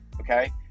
Okay